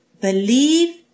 Believe